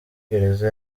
gereza